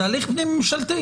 זה הליך פנים ממשלתי.